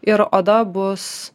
ir oda bus